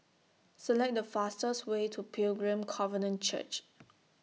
Select The fastest Way to Pilgrim Covenant Church